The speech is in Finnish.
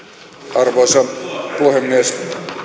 arvoisa puhemies